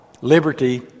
liberty